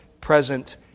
present